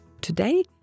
Today